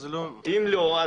זה לא --- אם לא,